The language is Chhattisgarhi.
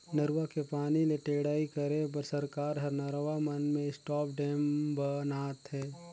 नरूवा के पानी ले टेड़ई करे बर सरकार हर नरवा मन में स्टॉप डेम ब नात हे